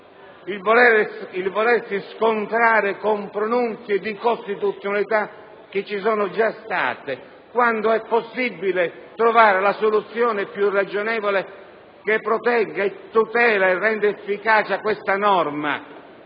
volersi scontrare con pronunzie di costituzionalità che sono già state emesse, quando è possibile trovare la soluzione più ragionevole, che protegga, tuteli e renda efficace questa norma,